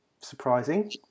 surprising